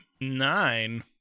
nine